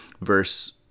verse